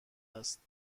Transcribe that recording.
است